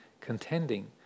contending